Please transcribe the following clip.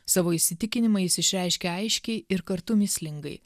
savo įsitikinimą jis išreiškė aiškiai ir kartu mįslingai